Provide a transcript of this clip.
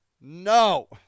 no